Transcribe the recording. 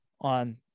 on